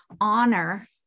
honor